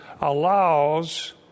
allows